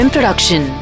Production